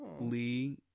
Lee